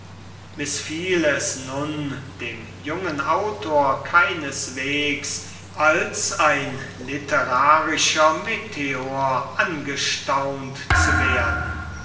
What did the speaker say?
mißfiel es nun dem jungen autor keineswegs als ein literarisches meteor angestaunt zu werden